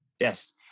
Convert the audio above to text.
Yes